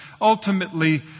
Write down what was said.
Ultimately